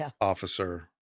officer